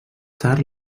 tard